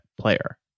player